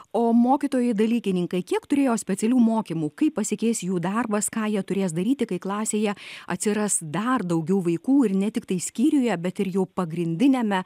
o mokytojai dalykininkai kiek turėjo specialių mokymų kaip pasikeis jų darbas ką jie turės daryti kai klasėje atsiras dar daugiau vaikų ir ne tiktai skyriuje bet ir jau pagrindiniame